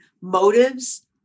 motives